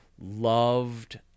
loved